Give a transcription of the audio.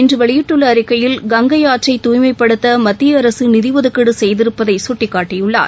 இன்றுவெளியிட்டுள்ளஅறிக்கையில் கங்கைஆற்றை இத தொடர்பாகஅவர் தூய்மைப்படுத்தமத்திய அரசுநிதி ஒதுக்கீடு செய்திருப்பதை கட்டிக்காட்டியுள்ளார்